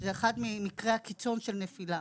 שזה אחד ממקרי הקיצון של נפילה.